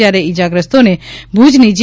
જ્યારે ઇજાગ્રસ્તોને ભૂજની જી